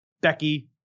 Becky